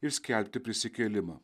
ir skelbti prisikėlimą